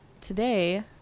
today